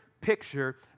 picture